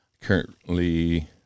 currently